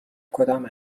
کدام